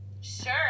Sure